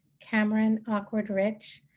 cameron awkward-rich,